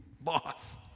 Boss